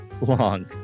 long